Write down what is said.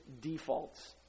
defaults